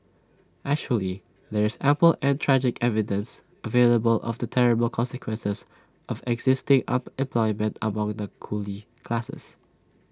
actually there is ample and tragic evidence available of the terrible consequences of existing unemployment among the coolie classes